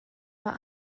war